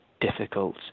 difficult